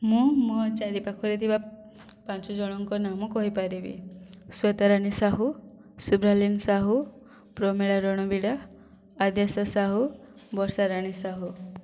ମୁଁ ମୋ ଚାରି ପାଖରେ ଥିବା ପାଞ୍ଚ ଜଣଙ୍କ ନାମ କହିପାରିବି ଶ୍ଵେତାରାଣୀ ସାହୁ ସୁଭ୍ରାଲିନ ସାହୁ ପ୍ରମିଳା ରଣବିଡ଼ା ଆଦ୍ୟାସା ସାହୁ ବର୍ଷାରାଣୀ ସାହୁ